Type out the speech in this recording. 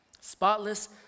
Spotless